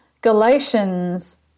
Galatians